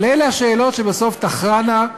אבל אלה השאלות שבסוף תכרענה,